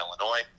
illinois